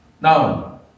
Now